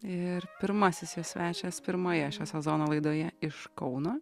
ir pirmasis jos svečias pirmoje šio sezono laidoje iš kauno